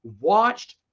watched